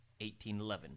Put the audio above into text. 1811